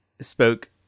spoke